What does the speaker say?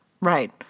Right